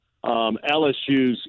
LSU's